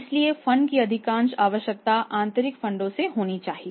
इसलिए फंड की अधिकांश आवश्यकता आंतरिक फंडों से होनी चाहिए